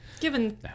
Given